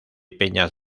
peñas